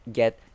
get